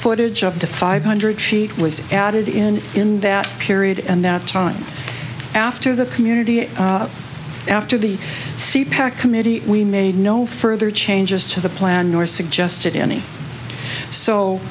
footage of the five hundred she was added in in that period and that time after the community after the sea pack committee we made no further changes to the plan nor suggested any so